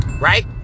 Right